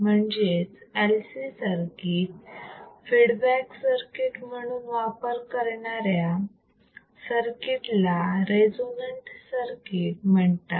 म्हणजेच LC circuit feedback circuit म्हणून वापर करणाऱ्या सर्किट ला रेजोनंट सर्किट म्हणतात